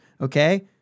Okay